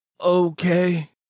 okay